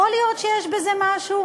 יכול להיות שיש בזה משהו,